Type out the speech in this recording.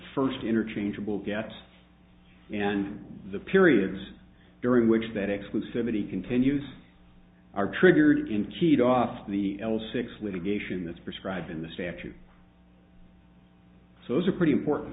first interchangeable get and the periods during which that exclusivity continues are triggered in keyed off the l six litigation that's prescribed in the statute so those are pretty important